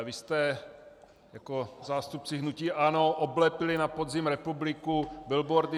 Vy jste jako zástupci hnutí ANO oblepili na podzim republiku billboardy